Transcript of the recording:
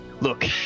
Look